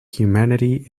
humanity